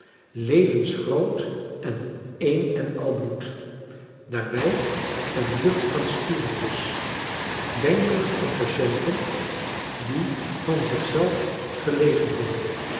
levensgroot en een en al bloed daarbij een lucht van spiritus denkelijk van patienten die van zichzelf gelegen hadden